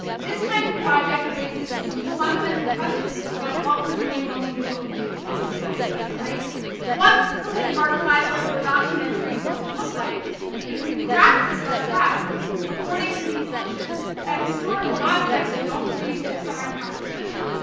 this kind of project raises some fundamental questions about what we're doing when we do what we do as historians. what could archival or documentary work look like if we practiced our craft according to the assumption that historical objects don't preexist our encounters with them?